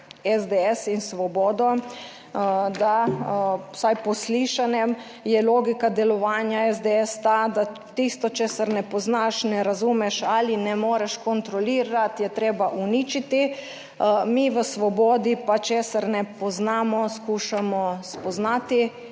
SDS in Svobodo? Da vsaj po slišanem je logika delovanja SDS ta, da tisto, česar ne poznaš, ne razumeš ali ne moreš kontrolirati, je treba uničiti. Mi v Svobodi pa, česar ne poznamo skušamo spoznati